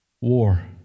war